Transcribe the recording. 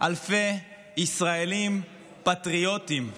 אלפי ישראלים פטריוטים נלחמים,